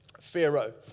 Pharaoh